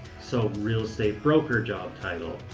so real estate broker job title,